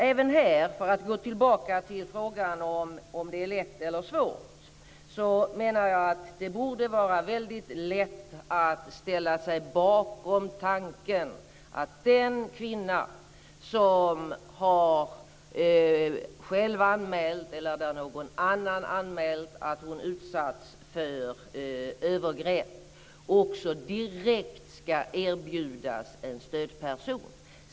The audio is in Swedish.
Även här, för att gå tillbaka till frågan om det är lätt eller svårt, menar jag att det borde vara väldigt lätt att ställa sig bakom tanken att den kvinna som själv har anmält, eller när någon annan har anmält, att hon utsatts för övergrepp direkt ska erbjudas en stödperson.